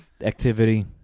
Activity